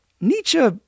Nietzsche